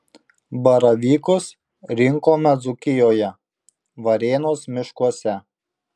baravykus rinkome dzūkijoje varėnos miškuose